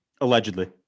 Allegedly